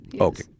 Okay